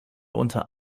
unter